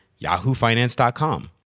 yahoofinance.com